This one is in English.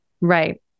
Right